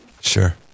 Sure